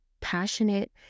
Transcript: passionate